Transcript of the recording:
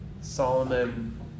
Solomon